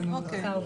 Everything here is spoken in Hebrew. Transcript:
אוקיי.